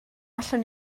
allwn